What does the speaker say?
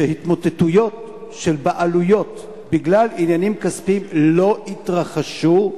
שהתמוטטויות של בעלויות בגלל עניינים כספיים לא יתרחשו,